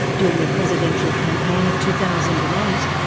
during the presidential campaign of two thousand and eight,